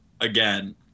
again